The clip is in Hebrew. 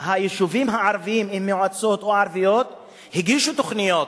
היישובים הערביים או המועצות הערביות הגישו תוכניות,